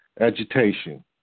agitation